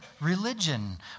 Religion